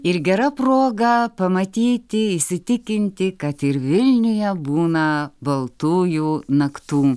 ir gera proga pamatyti įsitikinti kad ir vilniuje būna baltųjų naktų